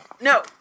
No